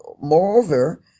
moreover